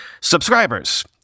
subscribers